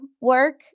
work